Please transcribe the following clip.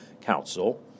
Council